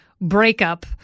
breakup